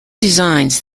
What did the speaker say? designs